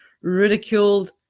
ridiculed